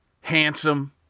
Handsome